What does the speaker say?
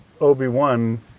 Obi-Wan